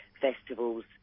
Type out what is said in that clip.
festivals